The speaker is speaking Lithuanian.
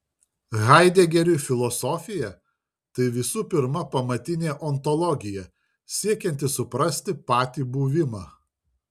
haidegeriui filosofija tai visų pirma pamatinė ontologija siekianti suprasti patį buvimą